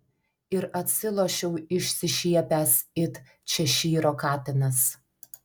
ir atsilošiau išsišiepęs it češyro katinas